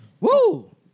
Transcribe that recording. Woo